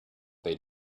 they